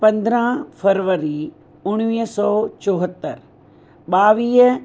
पंद्रहं फरवरी उणिवीह सौ चोहतरि ॿावीह